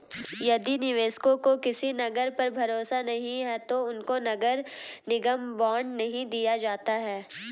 यदि निवेशकों को किसी नगर पर भरोसा नहीं है तो उनको नगर निगम बॉन्ड नहीं दिया जाता है